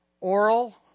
oral